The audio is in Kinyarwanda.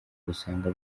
usanga